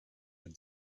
had